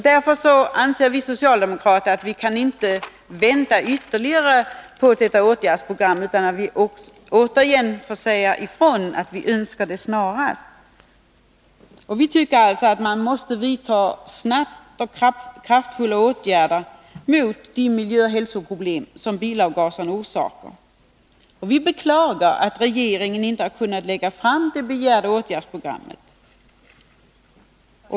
Därför anser vi socialdemokrater att vi i Sverige inte kan vänta ytterligare på ett åtgärdsprogram, utan riksdagen bör återigen säga ifrån att vi önskar det snarast. Vi tycker alltså att man snabbt måste vidta kraftfulla åtgärder mot de miljöoch hälsoproblem som bilavgaserna orsakar. Vi beklagar att regeringen inte har kunnat lägga fram det begärda åtgärdsprogrammet.